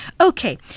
Okay